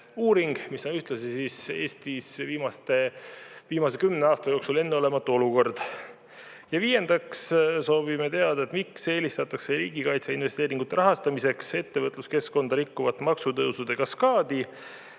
See on Eestis viimase kümne aasta jooksul enneolematu olukord. Ja viiendaks soovime teada, miks eelistatakse riigikaitseinvesteeringute rahastamiseks ettevõtluskeskkonda rikkuvat maksutõusude kaskaadi